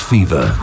Fever